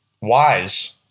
wise